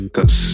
Cause